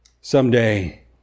someday